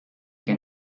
que